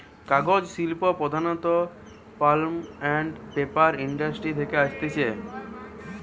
কাগজ শিল্প প্রধানত পাল্প আন্ড পেপার ইন্ডাস্ট্রি থেকে আসতিছে